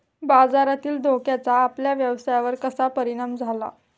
बाजारातील धोक्याचा आपल्या व्यवसायावर कसा परिणाम झाला?